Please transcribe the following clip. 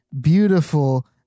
beautiful